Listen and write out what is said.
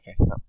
okay